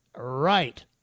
Right